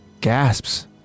gasps